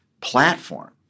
platform